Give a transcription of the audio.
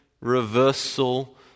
reversal